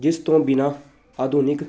ਜਿਸ ਤੋਂ ਬਿਨਾਂ ਆਧੁਨਿਕ